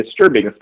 disturbing